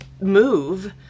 move